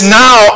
now